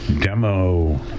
demo